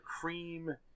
cream